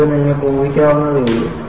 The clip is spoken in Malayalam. ഇത് നിങ്ങൾക്ക് ഊഹിക്കാവുന്നതേയുള്ളൂ